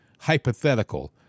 hypothetical